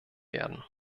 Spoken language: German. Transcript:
werden